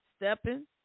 Stepping